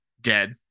dead